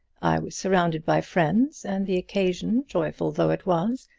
i was surrounded by friends, and the occasion, joyful though it was,